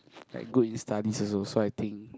like good in studies also so I think